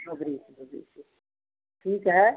ठीक है